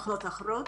מחלות אחרות.